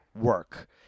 work